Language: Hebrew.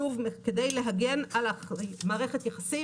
שוב כדי להגן על מערכת היחסים,